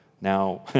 now